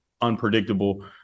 unpredictable